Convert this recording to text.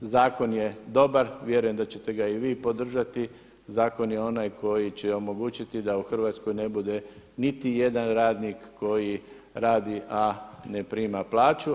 Zakon je dobar, vjerujem da ćete ga i vi podržati, zakon je onaj koji će omogućiti da u Hrvatskoj ne bude niti jedan radnik koji radi a ne prima plaću.